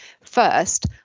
First